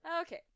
okay